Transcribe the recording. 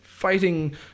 fighting